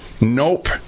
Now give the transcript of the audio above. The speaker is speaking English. Nope